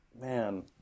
Man